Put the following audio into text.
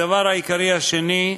הדבר העיקרי השני,